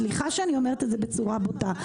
סליחה שאני אומרת את זה בצורה בוטה.